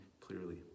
clearly